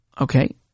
Okay